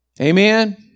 Amen